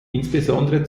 insbesondere